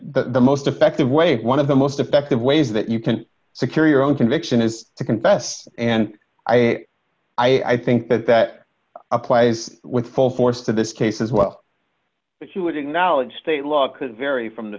the most effective way one of the most effective ways that you can secure your own conviction is to confess and i think that that applies with full force to this case as well that you would acknowledge state law could vary from the